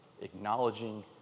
Acknowledging